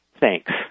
thanks